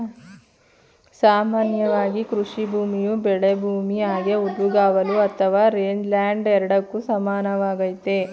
ಸಾಮಾನ್ಯವಾಗಿ ಕೃಷಿಭೂಮಿಯು ಬೆಳೆಭೂಮಿ ಹಾಗೆ ಹುಲ್ಲುಗಾವಲು ಅಥವಾ ರೇಂಜ್ಲ್ಯಾಂಡ್ ಎರಡಕ್ಕೂ ಸಮಾನವಾಗೈತೆ